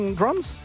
drums